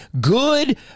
good